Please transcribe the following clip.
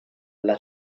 alla